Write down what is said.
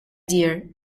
dear